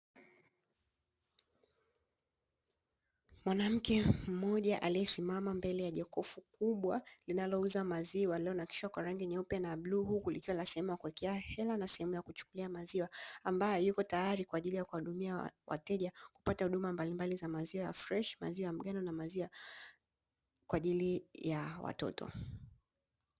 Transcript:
Mwanamke mmoja aliyesimama mbele ya jokofu kubwa linalouza maziwa, lililo nakishwa kwa rangi nyeupe na ya bluu; huku likiwa na sehemu ya kuwekea hela na sehemu ya kuchukulia maziwa, ambaye yuko tayari kwa ajili ya kuwahudumia wateja kupata huduma mbalimbali za maziwa ya freshi, maziwa ya mgando na maziwa kwa ajili ya watoto.